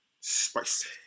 Spicy